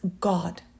God